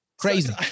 Crazy